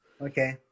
Okay